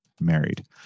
married